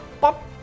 pop